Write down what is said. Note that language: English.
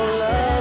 love